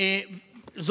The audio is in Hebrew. זה